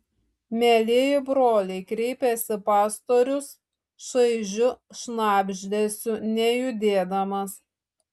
mielieji broliai kreipėsi pastorius šaižiu šnabždesiu nejudėdamas